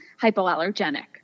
hypoallergenic